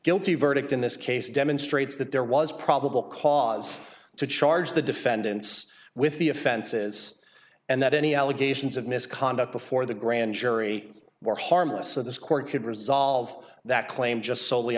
guilty verdict in this case demonstrates that there was probable cause to charge the defendants with the offenses and that any allegations of misconduct before the grand jury were harmless so this court could resolve that claim just solely